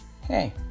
hey